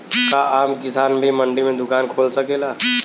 का आम किसान भी मंडी में दुकान खोल सकेला?